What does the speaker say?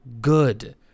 good